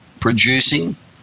producing